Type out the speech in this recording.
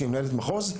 שהיא מנהלת מחוז,